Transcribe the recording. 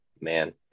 man